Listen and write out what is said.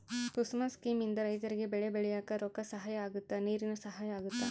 ಕುಸುಮ scheme ಇಂದ ರೈತರಿಗೆ ಬೆಳೆ ಬೆಳಿಯಾಕ ರೊಕ್ಕ ಸಹಾಯ ಅಗುತ್ತ ನೀರಿನ ಸಹಾಯ ಅಗುತ್ತ